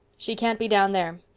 she can't be down there.